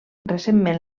recentment